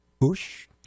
Bush